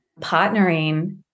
partnering